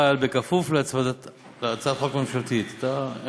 אבל בכפוף להצמדתה להצעת חוק ממשלתית.